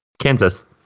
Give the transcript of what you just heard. Kansas